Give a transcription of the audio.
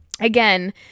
again